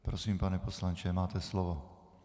Prosím, pane poslanče, máte slovo.